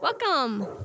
Welcome